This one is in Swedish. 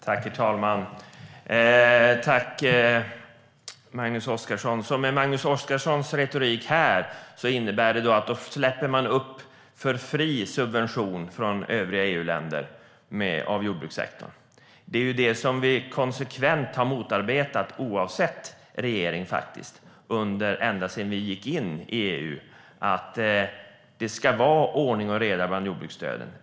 Herr talman! Jag tackar Magnus Oscarsson för svaret. Magnus Oscarssons retorik innebär att man släpper upp för fri subvention av jordbrukssektorn bland övriga EU-länder. Men det är ju det som vi konsekvent har motarbetat oavsett regering ända sedan vi gick in i EU. Det ska vara ordning och reda bland jordbruksstöden.